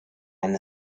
einen